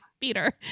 Peter